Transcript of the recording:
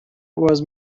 was